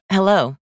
Hello